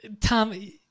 Tom